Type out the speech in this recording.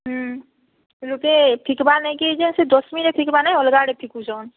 ହୁଁ ସେ ଲୁକେ ଫିକ୍ ବା ନାଇଁ କି ଯେ ଡଷ୍ଟପିନ୍ ରେ ଫିକ୍ ବା ନା ଅଲଗା ଆଡ଼େ ଫିକୁଚନ୍